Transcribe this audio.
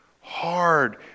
hard